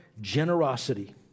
generosity